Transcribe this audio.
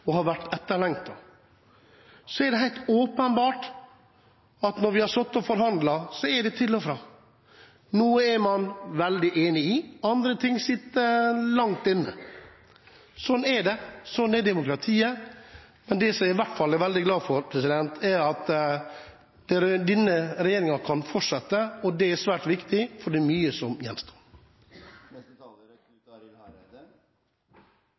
det har vært etterlengtet. Det er helt åpenbart at når vi har sittet og forhandlet, har det vært til og fra – noe er man veldig enige om, andre ting sitter langt inne. Slik er det. Slik er demokratiet. Jeg er veldig glad for at denne regjeringen kan fortsette. Det er svært viktig, for det er mye som gjenstår.